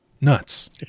Nuts